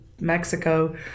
Mexico